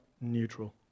neutral